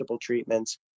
treatments